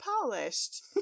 polished